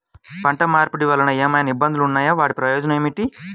పంట మార్పిడి వలన ఏమయినా ఇబ్బందులు ఉన్నాయా వాటి ప్రయోజనం ఏంటి?